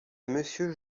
monsieur